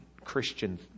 Christian